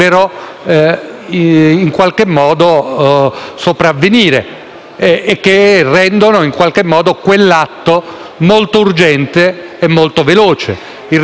e che rendono quell'atto molto urgente e molto veloce. Il riferimento al pronto soccorso dice tutto.